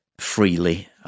freely